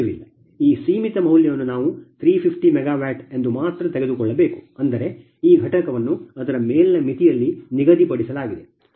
ಈ ಸೀಮಿತ ಮೌಲ್ಯವನ್ನು ನಾವು 350 ಮೆಗಾವ್ಯಾಟ್ ಎಂದು ಮಾತ್ರ ತೆಗೆದುಕೊಳ್ಳಬೇಕು ಅಂದರೆ ಈ ಘಟಕವನ್ನು ಅದರ ಮೇಲಿನ ಮಿತಿಯಲ್ಲಿ ನಿಗದಿಪಡಿಸಲಾಗಿದೆ